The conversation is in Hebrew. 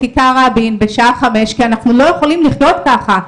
בכיכר רבין בשעה 17:00 כי אנחנו לא יכולים לחיות ככה.